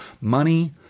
money